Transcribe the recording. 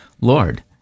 Lord